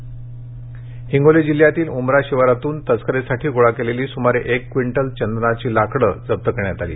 हिंगोली हिंगोली जिल्ह्यातील उमरा शिवारातून तस्करी साठी गोळा केलेली सुमारे एक क्विंटल चंदनाची लाकडं जप्त करण्यात आली